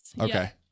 Okay